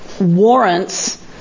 warrants